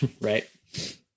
Right